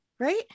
Right